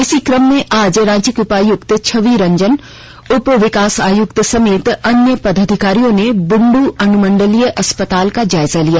इसी क्रम में आज रांची के उपायुक्त छवि रंजन उप विकास आयुक्त समेत अन्य पदाधिकारियों ने बुंडू अनुमण्डलीय अस्पताल का जायजा लिया